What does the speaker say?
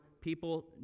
people